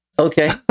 Okay